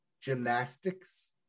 gymnastics